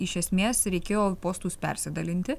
iš esmės reikėjo postus persidalinti